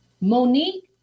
Monique